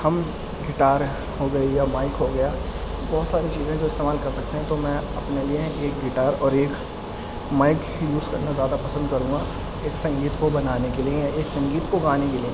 ہم گٹار ہو گئی یا مائک ہو گیا بہت ساری چیزیں ہیں جو استعمال کر سکتے ہیں تو میں اپنے لیے ایک گٹار اور ایک مائک ہی یوز کرنا زیادہ پسند کروں گا ایک سنگیت کو بنانے کے لیے یا ایک سنگیت کو گانے کے لیے